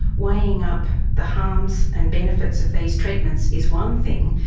weighing up the harms and benefits of these treatments is one thing,